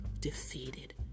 defeated